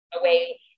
away